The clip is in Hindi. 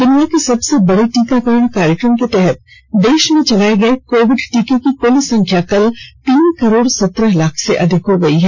द्निया के सबसे बड़े टीकाकरण कार्यक्रम के तहत देश में चलाए गए कोविड टीके की कुल संख्या कल तीन करोड सुत्रह लाख से अधिक हो गई है